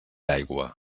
aigua